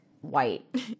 white